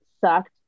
sucked